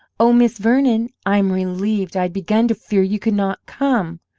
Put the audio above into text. oh, miss vernon, i am relieved! i had begun to fear you could not come.